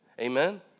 Amen